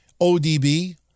ODB